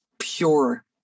pure